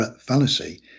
fallacy